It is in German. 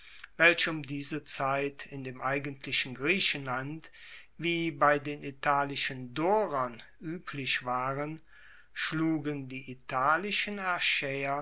welche um diese zeit in dem eigentlichen griechenland wie bei den italischen dorern ueblich waren schlugen die italischen